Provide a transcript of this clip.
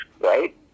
right